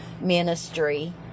ministry